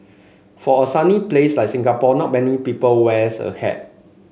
for a sunny place like Singapore not many people wears a hat